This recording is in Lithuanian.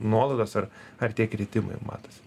nuolaidos ar ar tie kritimai matosi